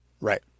right